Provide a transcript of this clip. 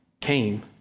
came